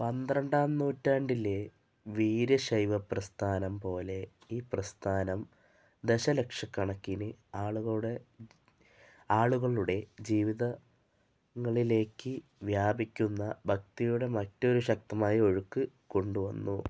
പന്ത്രണ്ടാം നൂറ്റാണ്ടിലെ വീരശൈവ പ്രസ്ഥാനം പോലെ ഈ പ്രസ്ഥാനം ദശലക്ഷക്കണക്കിന് ആളുകളുടെ ജീവിതങ്ങളിലേക്കു വ്യാപിക്കുന്ന ഭക്തിയുടെ മറ്റൊരു ശക്തമായ ഒഴുക്കു കൊണ്ടുവന്നു